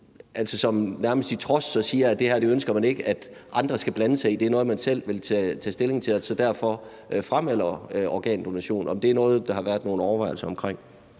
som nærmest i trods siger, at det her ønsker man ikke at andre skal blande sig i; det er noget, man selv vil tage stilling til, og derfor framelder organdonation. Er det noget, der har været nogle overvejelser omkring?